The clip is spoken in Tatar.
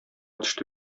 төште